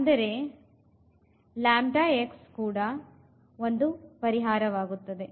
ಅಂದರೆ x ಕೂಡ ಒಂದು ಪರಿಹಾರವಾಗುತ್ತದೆ